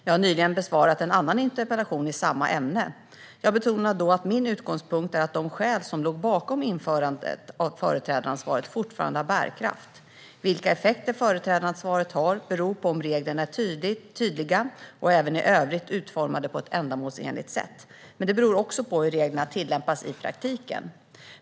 Jag har nyligen besvarat en annan interpellation i samma ämne. Jag betonade då att min utgångspunkt är att de skäl som låg bakom införandet av företrädaransvaret fortfarande har bärkraft. Vilka effekter företrädaransvaret har beror på om reglerna är tydliga och även i övrigt utformade på ett ändamålsenligt sätt. Men det beror också på hur reglerna tillämpas i praktiken.